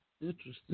Interesting